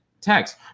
text